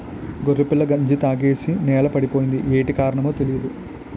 గొర్రెపిల్ల గంజి తాగేసి నేలపడిపోయింది యేటి కారణమో తెలీదు